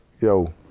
yo